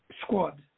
squad